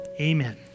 amen